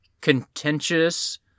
contentious